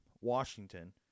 Washington